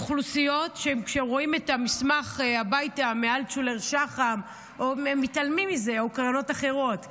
אוכלוסיות שכשהן מקבלות את המסמך הביתה מאלטשולר שחם או מקרנות אחרות,